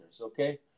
okay